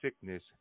sickness